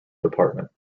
department